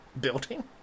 building